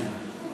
כל שנה אפילו.